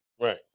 Right